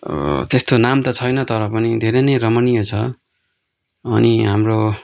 त्यस्तो नाम त छैन तर पनि धेरै नै रमणीय छ अनि हाम्रो